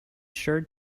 sure